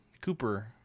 Cooper